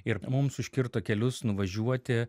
ir mums užkirto kelius nuvažiuoti